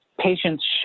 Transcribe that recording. patients